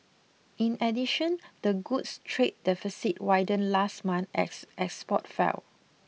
in addition the goods trade deficit widened last month as export fell